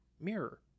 mirror